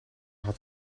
had